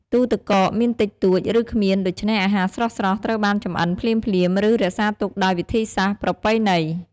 ទូរទឹកកកមានតិចតួច ឬគ្មាន ដូច្នេះអាហារស្រស់ៗត្រូវបានចម្អិនភ្លាមៗ ឬរក្សាទុកដោយវិធីសាស្ត្រប្រពៃណី។